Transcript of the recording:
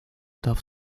darf